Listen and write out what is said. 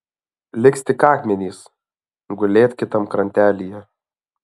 liks tik akmenys gulėt kitam krantelyje